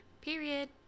period